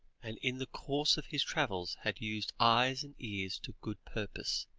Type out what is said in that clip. and in the course of his travels had used eyes and ears to good purpose.